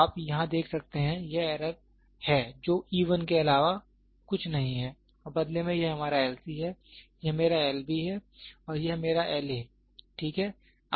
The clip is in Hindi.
तो आप यहां देख सकते हैं यह एरर है जो e 1 के अलावा कुछ नहीं है और बदले में यह मेरा L C है यह मेरा L B है और यह मेरा L A ठीक है